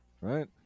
right